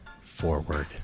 forward